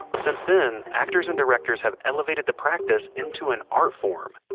um since then, actors and directors have elevated the practice into an art form.